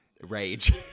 rage